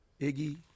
Iggy